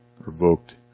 Revoked